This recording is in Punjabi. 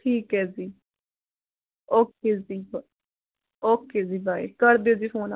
ਠੀਕ ਹੈ ਜੀ ਓਕੇ ਜੀ ਓਕੇ ਜੀ ਬਾਏ ਕਰ ਦਿਓ ਜੀ ਫੋਨ